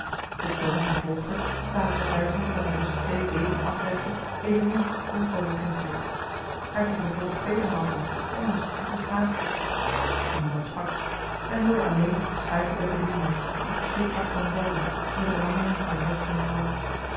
de tong die volgde was naar het getuigenis dat hij tusschen twee beten aflegde eveneens onovertreffelijk hij vroeg er voor de tweede maal van en moest zich dus haasten niemand sprak men hoorde alleen het geschuifel der bedienden het geklikklak van borden en het rammelen van mes en vork